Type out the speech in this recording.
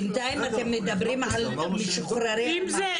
בינתיים אתם מדברים על משוחררי אלמ"ב.